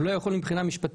הוא לא יכול מבחינה משפטית,